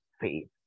faith